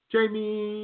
Jamie